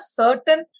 certain